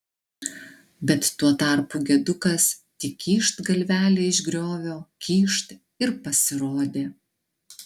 bet tuo tarpu gedukas tik kyšt galvelę iš griovio kyšt ir pasirodė